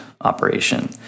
operation